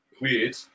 Weird